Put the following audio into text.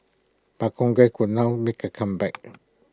but congress could now make A comeback